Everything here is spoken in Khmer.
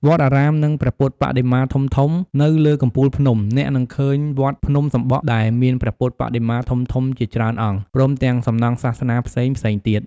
វត្តអារាម និងព្រះពុទ្ធបដិមាធំៗ នៅលើកំពូលភ្នំ អ្នកនឹងឃើញវត្តភ្នំសំបក់ ដែលមានព្រះពុទ្ធបដិមាធំៗជាច្រើនអង្គ ព្រមទាំងសំណង់សាសនាផ្សេងៗទៀត។